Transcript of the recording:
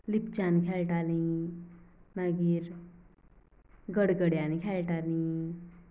लिपच्यांनी खेळटाली मागीर गडगड्यांनी खेळटाली